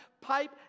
pipe